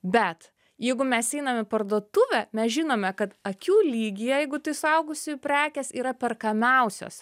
bet jeigu mes einam į parduotuvę mes žinome kad akių lygyje jeigu tai suaugusiųjų prekės yra perkamiausios